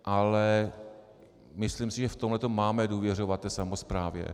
Ale myslím si, že v tomhle tom máme důvěřovat té samosprávě.